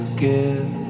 give